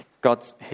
God's